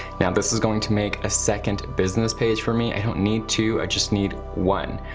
now this is going to make a second business page for me. i don't need two, i just need one.